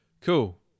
Cool